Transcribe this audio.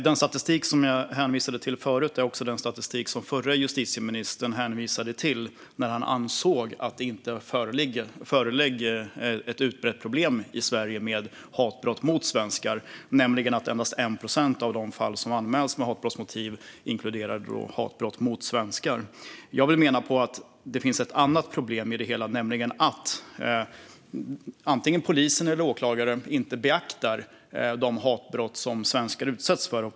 Den statistik som jag hänvisade till förut är den statistik som den förre justitieministern hänvisade till när han ansåg att det inte fanns ett utbrett problem i Sverige med hatbrott mot svenskar, nämligen att endast 1 procent av de fall med hatbrottsmotiv som anmäls inkluderar hatbrott mot svenskar. Jag vill mena att det finns ett annat problem i det hela, nämligen att antingen polis eller åklagare inte beaktar de hatbrott som svenskar utsätts för.